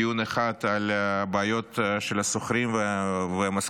דיון אחד על הבעיות של השוכרים והמשכירים